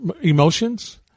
emotions